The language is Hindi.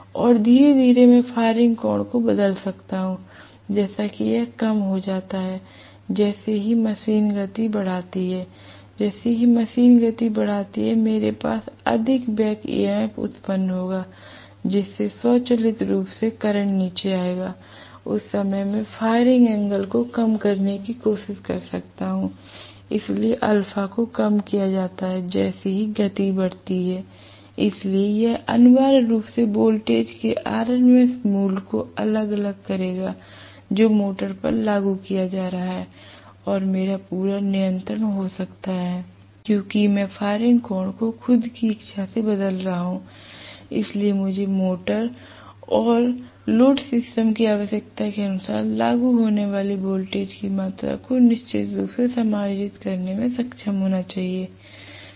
और धीरे धीरे मैं फायरिंग कोण को बदल सकता हूं जैसे कि यह कम हो जाता है जैसे ही मशीन गति बढ़ाती है जैसे ही मशीन गति बढ़ाती है मेरे पास अधिक बैक ईएमएफ उत्पन्न होगा जिससे स्वचालित रूप से करंट नीचे आएगा उस समय मैं फायरिंग एंगल को कम करने की कोशिश कर सकता हूं इसलिए α को कम किया जाता है जैसे ही गति बढ़ती है इसलिए यह अनिवार्य रूप से वोल्टेज के RMS मूल्य को अलग अलग करेगा जो मोटर पर लागू किया जा रहा है और मेरा पूर्ण नियंत्रण हो सकता है क्योंकि मैं फायरिंग कोण को खुद की इच्छा से बदल रहा हूं इसलिए मुझे मोटर और लोड सिस्टम की आवश्यकता के अनुसार लागू होने वाली वोल्टेज की मात्रा को निश्चित रूप से समायोजित करने में सक्षम होना चाहिए